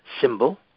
symbol